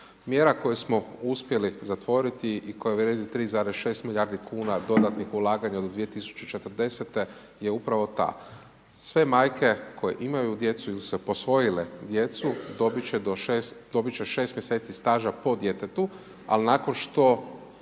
Mjera koju smo uspjeli zatvoriti i koja vrijedi 3,6 milijardi kuna dodatnih ulaganja do 2040. je upravo ta, sve majke koje imaju djecu ili su posvojile djecu dobit će 6 mjeseci staža po djetetu al nakon što